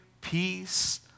peace